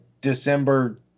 December